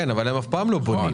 כן, אבל הם אף פעם לא בונים.